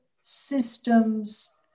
systems